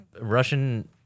Russian